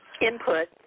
input